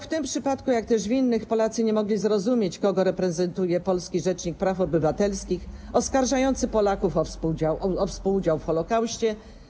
W tym przypadku, jak też w innych Polacy nie mogli zrozumieć, kogo reprezentuje polski rzecznik praw obywatelskich oskarżający Polaków o współudział w Holokauście.